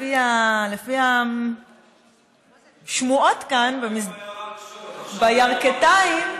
לפי השמועות כאן בירכתיים,